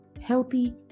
healthy